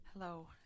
Hello